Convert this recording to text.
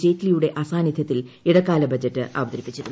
ജെയ്റ്റ്ലിയുടെ അസാന്നിദ്ധ്യത്തിൽ ഇടക്കാല് ബഡ്ജറ്റ് അവതരിപ്പിച്ചിരുന്നു